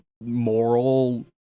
moral